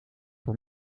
voor